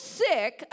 sick